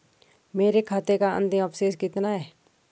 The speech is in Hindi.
मेरे खाते का अंतिम अवशेष कितना है?